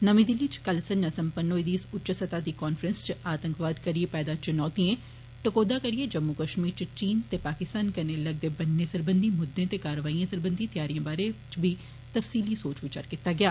नमीं दिल्ली च कल संझा सम्पन्न होई दी इस उच्ची सतह दी कांफ्रैंस च आतंकवाद करिए पैदा चुनोतिएं टकोह्दा करिए जम्मू कश्मीर च चीन ते पाकिस्तान कन्नै लगदे ब'न्ने सरबंघी मुद्दें ते कारवाईयें सरबंघी तैयारिए दे बारै च बी तफसीली सोच विचार कीता गेया